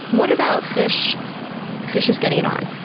what about fishes fishes getting it on?